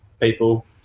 people